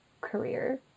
career